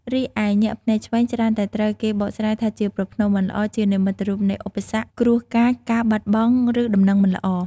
រីឯ ញាក់ភ្នែកឆ្វេង ច្រើនតែត្រូវបានគេបកស្រាយថាជាប្រផ្នូល មិនល្អ ជានិមិត្តរូបនៃឧបសគ្គ គ្រោះកាច ការបាត់បង់ ឬដំណឹងមិនល្អ។